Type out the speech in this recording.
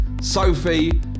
Sophie